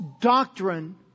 doctrine